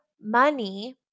money